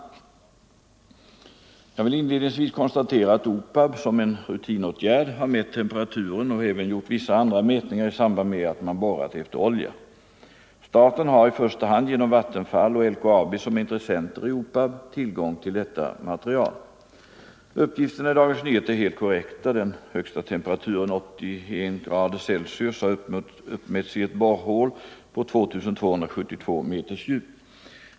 37 Jag vill inledningsvis konstatera att OPAB, som en rutinåtgärd, har mätt temperaturen och även gjort vissa andra mätningar i samband med att man borrat efter olja. Staten har, i första hand genom Vattenfall och LKAB som är intressenter i OPAB, tillgång till detta material. Uppgifterna i Dagens Nyheter är helt korrekta. Den högsta temperaturen, 81'C, har uppmätts i ett borrhål på 2 272 meters djup.